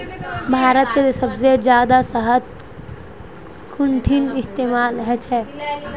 भारतत सबसे जादा शहद कुंठिन इस्तेमाल ह छे